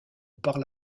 parle